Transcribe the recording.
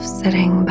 sitting